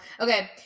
Okay